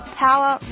power